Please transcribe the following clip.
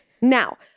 Now